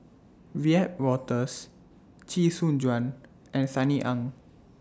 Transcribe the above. Wiebe Wolters Chee Soon Juan and Sunny Ang